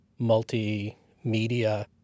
multimedia